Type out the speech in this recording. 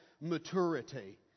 maturity